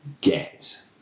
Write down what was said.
get